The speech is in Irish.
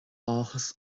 áthas